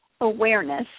awareness